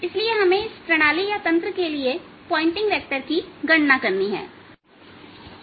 इसलिए हमें इस प्रणाली या तंत्र के लिए पॉइंटिंग वेक्टर की गणना करनी है